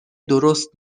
درست